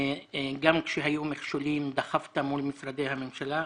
גם כשהיו מכשולים דחפת מול משרדי הממשלה.